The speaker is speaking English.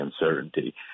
uncertainty